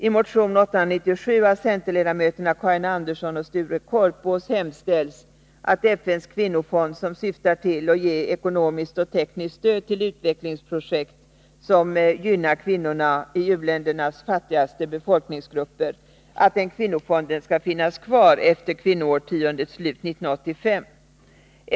I motion 897 av centerledamöterna Karin Andersson och Sture Korpås hemställs att FN:s kvinnofond, som syftar till att ge ekonomiskt och tekniskt stöd till utvecklingsprojekt som gynnar kvinnorna i u-ländernas fattigaste befolkningsgrupper, skall finnas kvar efter kvinnoårtiondets slut 1985.